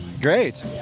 Great